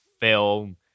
film